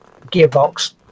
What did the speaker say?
Gearbox